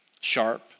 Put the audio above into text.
sharp